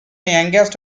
youngest